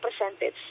percentage